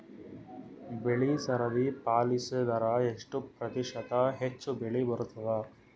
ಬೆಳಿ ಸರದಿ ಪಾಲಸಿದರ ಎಷ್ಟ ಪ್ರತಿಶತ ಹೆಚ್ಚ ಬೆಳಿ ಬರತದ?